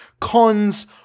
Cons